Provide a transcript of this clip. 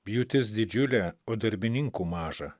pjūtis didžiulė o darbininkų maža